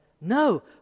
No